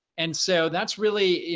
and so that's really, you